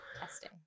testing